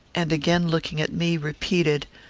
and, again looking at me, repeated,